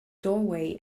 doorway